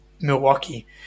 Milwaukee